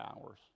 hours